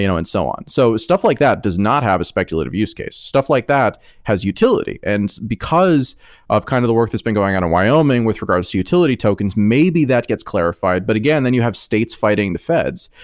you know and so on. so stuff like that does not have a speculative use case. stuff like that has utility, and because of kind of the work that's been going on wyoming with regards utility tokens, maybe that gets clarified. but again, then you have states fighting the feds.